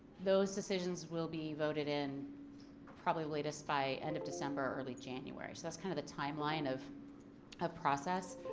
those decisions will be voted in probably latest by end of december or early january. so that's kind of the timeline of of process.